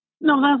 No